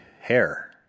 hair